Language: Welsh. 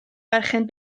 berchen